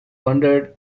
wondered